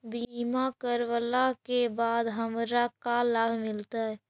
बीमा करवला के बाद हमरा का लाभ मिलतै?